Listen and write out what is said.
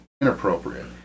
Inappropriate